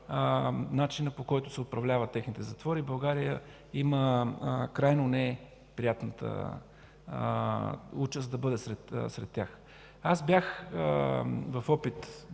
начина, по който се управляват техните затвори. България има крайно неприятната участ да бъде сред тях. В опит